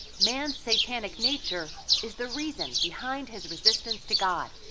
man's satanic nature is the reason behind his resistance to god.